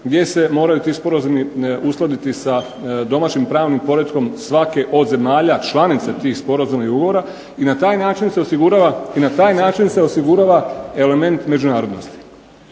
gdje se moraju ti sporazumi uskladiti sa domaćim pravnim poretkom svake od zemalja članica tih sporazuma i ugovora, i na taj način se osigurava element međunarodnosti.